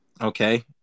Okay